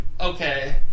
okay